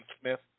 Smith